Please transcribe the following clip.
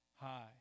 high